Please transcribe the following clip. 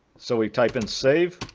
so we type in save